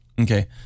Okay